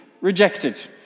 rejected